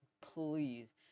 Please